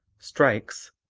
strikes,